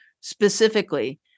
specifically